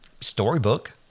storybook